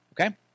okay